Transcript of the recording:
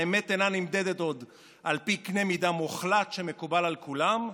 האמת אינה נמדדת עוד על פי קנה מידה מוחלט שמקובל על כולם,